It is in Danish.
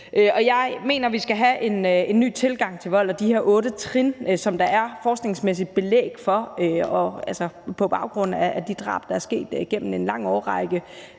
Jeg mener, at vi skal have en ny tilgang til vold, og de her otte trin, som der er forskningsmæssigt belæg for, altså på baggrund af de drab, der er sket igennem en lang årrække,